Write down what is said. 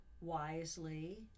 wisely